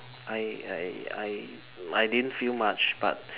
I I I I didn't feel much but